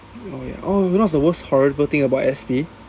oh ya oh you know what's the most horrible thing about S_P